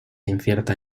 incierta